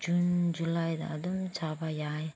June ꯖꯨꯂꯥꯏꯗ ꯑꯗꯨꯝ ꯆꯥꯕ ꯌꯥꯏ